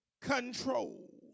control